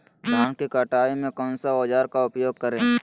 धान की कटाई में कौन सा औजार का उपयोग करे?